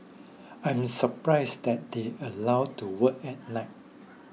I'm surprised that they allowed to work at night